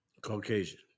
Caucasian